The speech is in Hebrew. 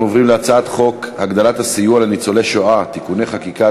אנחנו עוברים להצעת חוק הגדלת הסיוע לניצולי שואה (תיקוני חקיקה),